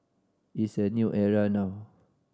it's a new era now